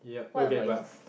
what about yours